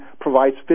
provides